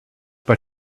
but